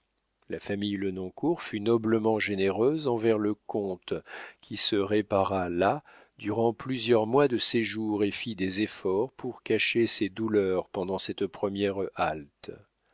la famille lenoncourt fut noblement généreuse envers le comte qui se répara là durant plusieurs mois de séjour et fit des efforts pour cacher ses douleurs pendant cette première halte